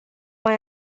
mai